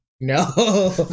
No